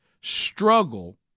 struggle